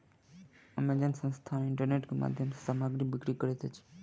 Amazon संस्थान internet के माध्यम सॅ सामग्री बिक्री करैत अछि